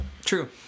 True